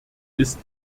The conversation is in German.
ist